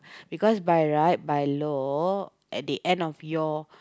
because by right by law at the end of your